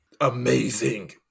Amazing